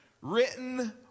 written